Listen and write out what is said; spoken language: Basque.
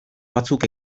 batzuk